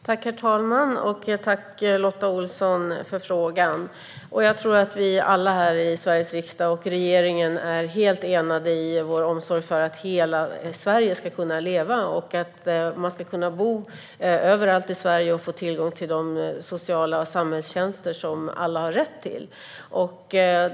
Herr talman! Jag tackar Lotta Olsson för frågan. Jag tror att vi alla i Sveriges riksdag och i regeringen står helt enade i vår omsorg för att hela Sverige ska kunna leva och att man ska kunna bo överallt i Sverige och få tillgång till de sociala samhällstjänster som alla har rätt till.